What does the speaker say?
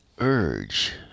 urge